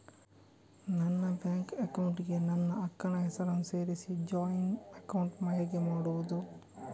ನನ್ನ bank account ಗೆ ನನ್ನ ಅಕ್ಕ ನ ಹೆಸರನ್ನ ಸೇರಿಸಿ ಜಾಯಿನ್ ಅಕೌಂಟ್ ಹೇಗೆ ಮಾಡುದು?